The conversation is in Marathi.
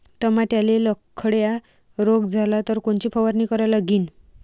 टमाट्याले लखड्या रोग झाला तर कोनची फवारणी करा लागीन?